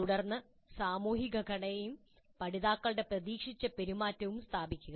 തുടർന്ന് സാമൂഹിക ഘടനയും പഠിതാക്കളുടെ പ്രതീക്ഷിച്ച പെരുമാറ്റവും സ്ഥാപിക്കുക